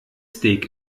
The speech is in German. steak